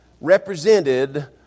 represented